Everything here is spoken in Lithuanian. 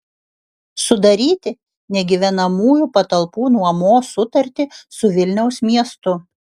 sudaryti negyvenamųjų patalpų nuomos sutartį su vilniaus miestu